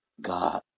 God